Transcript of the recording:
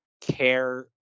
care